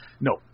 No